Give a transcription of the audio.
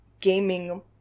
gaming